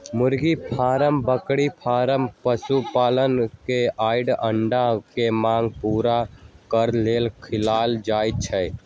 मुर्गी फारम बकरी फारम पशुपालन मास आऽ अंडा के मांग पुरा करे लेल खोलल जाइ छइ